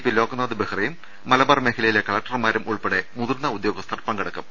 P Loknath ബെഹ്റയും മലബാർ മേഖലയിലെ കലക്ടർമാരും ഉൾപ്പെടെ മുതിർന്ന ഉദ്യോഗസ്ഥർ പങ്കെടുക്കും